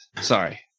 Sorry